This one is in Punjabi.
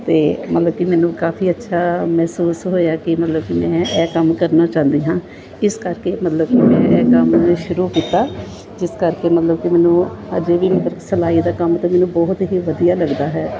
ਅਤੇ ਮਤਲਬ ਕਿ ਮੈਨੂੰ ਕਾਫੀ ਅੱਛਾ ਮਹਿਸੂਸ ਹੋਇਆ ਕਿ ਮਤਲਬ ਕਿ ਮੈਂ ਇਹ ਕੰਮ ਕਰਨਾ ਚਾਹੁੰਦੀ ਹਾਂ ਇਸ ਕਰਕੇ ਮਤਲਬ ਮੈਂ ਇਹ ਕੰਮ ਸ਼ੁਰੂ ਕੀਤਾ ਜਿਸ ਕਰਕੇ ਮਤਲਬ ਕਿ ਮੈਨੂੰ ਅਜੇ ਵੀ ਮਤਲਬ ਸਿਲਾਈ ਦਾ ਕੰਮ ਤਾਂ ਮੈਨੂੰ ਬਹੁਤ ਹੀ ਵਧੀਆ ਲੱਗਦਾ ਹੈ